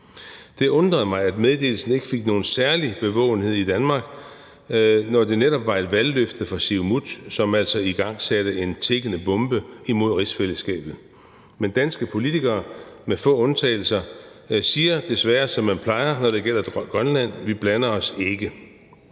Det undrer mig, at meddelelsen ikke fik nogen særlig bevågenhed i Danmark, når det netop var et valgløfte fra Siumut, som altså igangsatte en tikkende bombe under rigsfællesskabet. Men danske politikere, med få undtagelser, siger desværre, som man plejer, når det gælder Grønland: Vi blander os ikke.